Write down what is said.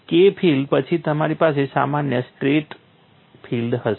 કે ફીલ્ડ પછી તમારી પાસે સામાન્ય સ્ટ્રેસ ફીલ્ડ હશે